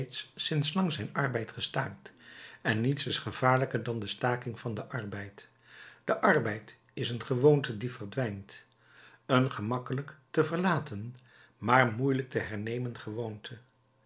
sinds lang zijn arbeid gestaakt en niets is gevaarlijker dan de staking van den arbeid de arbeid is een gewoonte die verdwijnt een gemakkelijk te verlaten maar moeielijk te hernemen gewoonte